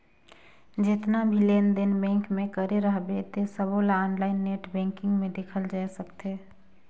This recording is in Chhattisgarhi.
जेतना भी लेन देन बेंक मे करे रहबे ते सबोला आनलाईन नेट बेंकिग मे देखल जाए सकथे